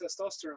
testosterone